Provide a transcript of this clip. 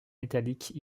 métalliques